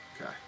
Okay